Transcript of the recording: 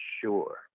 sure